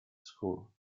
school